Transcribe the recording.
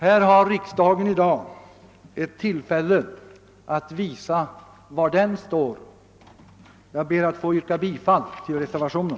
Här har riksdagen i dag ett tillfälle att visa var den står. Jag ber att få yrka bifall till reservationen.